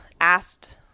asked